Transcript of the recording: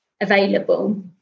available